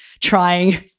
trying